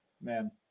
man